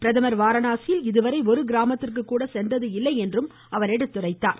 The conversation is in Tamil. பிரதமர் வாரணாசியில் இதுவரை ஒரு கிராமத்திற்கு கூட சென்றது இல்லை என்றும் அவர் கூறினார்